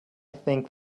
think